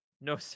No